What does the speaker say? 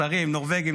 שרים נורבגים,